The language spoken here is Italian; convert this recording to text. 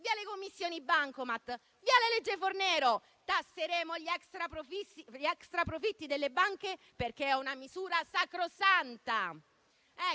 via le commissioni bancomat; via la legge Fornero; tasseremo gli extraprofitti delle banche perché è una misura sacrosanta.